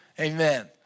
Amen